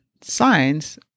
science